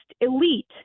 elite